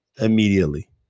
immediately